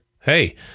hey